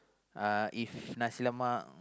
uh if nasi-lemak